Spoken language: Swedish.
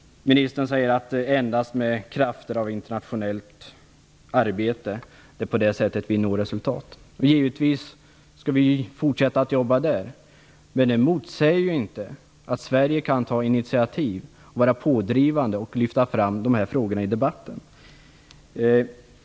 Ministern säger att det endast är genom krafter i internationellt arbete som vi når resultat. Vi skall givetvis fortsätta att arbeta så, men det motsäger ju inte att Sverige kan ta initiativ, vara pådrivande och lyfta fram dessa frågor i debatten.